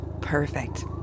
Perfect